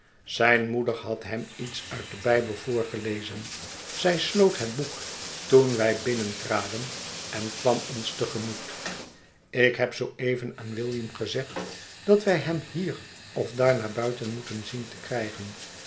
zijn moeder had hem iets uit den bijbel voorgelezen zij sloot het boek toen wij binnen traden en kwam ons te gemoet ik heb zooeven aan william gezegd dat wij hem hier of daar naar buiten moeten zien te krijgen